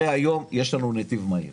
הרי היום יש לנו נתיב מהיר